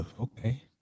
okay